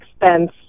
expense